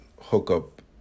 hookup